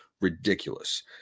ridiculous